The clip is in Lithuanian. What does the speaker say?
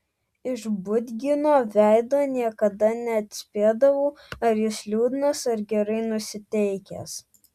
iš budgino veido niekada neatspėdavau ar jis liūdnas ar gerai nusiteikęs